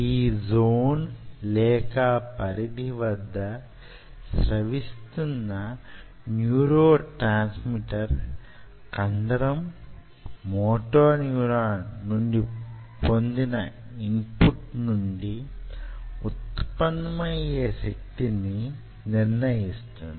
ఈ జోన్ లేక పరిధి వద్ద స్రవిస్తున్న న్యూరోట్రాన్స్మిటర్ కండరం మోటో న్యూరాన్ నుండి పొందిన ఇన్పుట్ నుండి వుత్పన్నమయ్యే శక్తిని నిర్ణయిస్తుంది